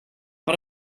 but